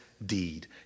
deed